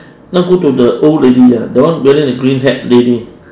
now go to the old lady ah the one wearing the green hat lady